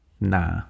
Nah